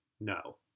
no